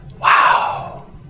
Wow